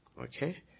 Okay